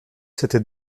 s’était